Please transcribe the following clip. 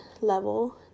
level